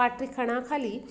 पाठ्यखणा खाली